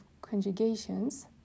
conjugations